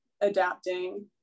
adapting